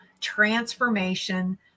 transformation